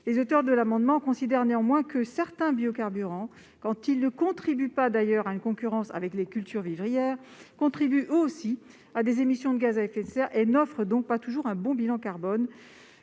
les auteurs de l'amendement considèrent néanmoins que certains biocarburants, quand leur production n'entre pas de surcroît en concurrence avec des cultures vivrières, contribuent eux aussi à produire des émissions de gaz à effet de serre et n'offrent donc pas toujours un bon bilan carbone.